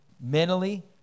mentally